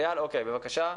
איל, בבקשה.